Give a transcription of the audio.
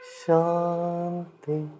Shanti